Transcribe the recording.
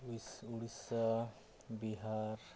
Odisha Bihar